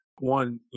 one